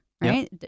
right